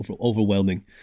overwhelming